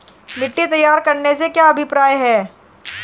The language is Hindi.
मिट्टी तैयार करने से क्या अभिप्राय है?